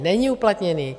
Není uplatněný.